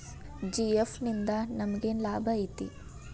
GFS ನಿಂದಾ ನಮೆಗೆನ್ ಲಾಭ ಐತಿ?